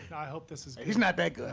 and i hope this is he's not that good.